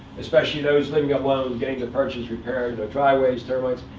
especially those living alone, getting their purchase repaired, driveways, termites